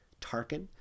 Tarkin